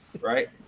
right